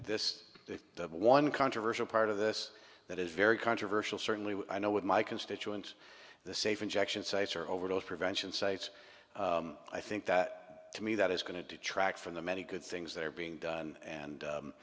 controversial part of this that is very controversial certainly i know with my constituents the safe injection sites are overdosed prevention sites i think that to me that is going to detract from the many good things that are being done and